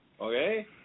Okay